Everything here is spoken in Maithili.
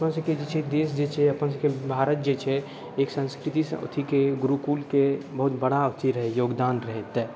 अपन सबके देश जे छै अपन सबके भारत जे छै एक संस्कृति से अथीके गुरुकुलके बहुत बड़ा जे योगदान रहै तऽ